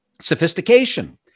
sophistication